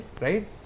right